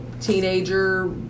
teenager